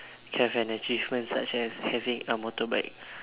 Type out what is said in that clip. have an achievement such as having a motorbike